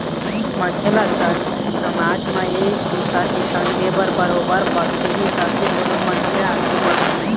मनखे ल समाज म एक दुसर के संग दे बर बरोबर परथे ही तभे कोनो मनखे ह आघू बढ़थे